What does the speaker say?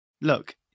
Look